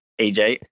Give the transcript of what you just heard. AJ